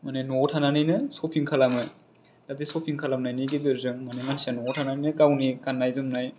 माने न'आव थानानैनो सफिं खालामो दा बे सफिं खालामनायनि गेजेरजों माने मानसिया न'आव थानानैनो गावनि गाननाय जोमनाय